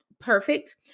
perfect